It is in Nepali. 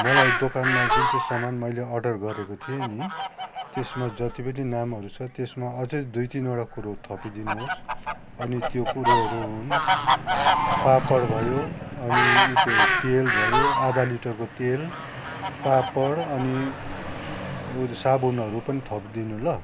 मलाई दोकानमा जुन चाहिँ सामान मैले अर्डर गरेको थिएँ नि त्यसमा जति पनि नामहरू छ त्यसमा अझै दुई तिनवटा कुरो थपिदिनुहोस् अनि त्यो कुरोहरू हुन् पापड भयो अनि उ त्यो तेल भयो आदा लिटरको तेल पापड अनि साबुनहरू पनि थप्दिनु ल